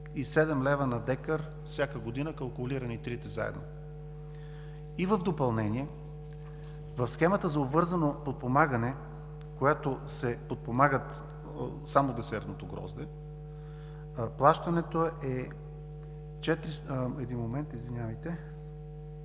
е 47 лв. на декар всяка година, калкулирани и трите заедно. В допълнение, в схемата за обвързано подпомагане, където се подпомага само десертното грозде, плащането е, в момента не